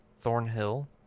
Thornhill